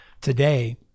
today